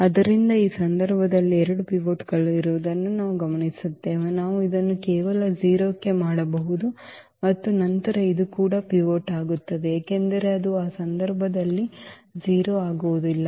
ಆದ್ದರಿಂದ ಈ ಸಂದರ್ಭದಲ್ಲಿ 2 ಪಿವೋಟ್ಗಳು ಇರುವುದನ್ನು ನಾವು ಗಮನಿಸುತ್ತೇವೆ ನಾವು ಇದನ್ನು ಕೇವಲ 0 ಕ್ಕೆ ಮಾಡಬಹುದು ಮತ್ತು ನಂತರ ಇದು ಕೂಡ ಪಿವೋಟ್ ಆಗುತ್ತದೆ ಏಕೆಂದರೆ ಇದು ಆ ಸಂದರ್ಭದಲ್ಲಿ 0 ಆಗುವುದಿಲ್ಲ